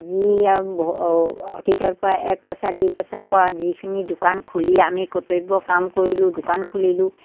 যি আৰু ভ অতীতৰ পৰা এক পইচা দুই পইচাৰ পৰা যিখিনি দোকান খুলি আমি কৰ্তব্য কাম কৰিলোঁ দোকান খুলিলোঁ